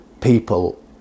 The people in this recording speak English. people